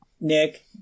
Nick